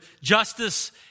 justice